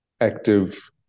active